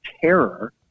terror